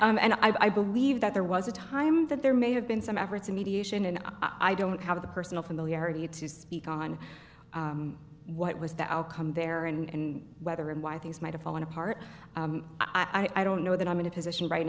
and i believe that there was a time that there may have been some efforts in mediation and i don't have the personal familiarity to speak on what was the outcome there and whether and why things might have fallen apart i don't know that i'm in a position right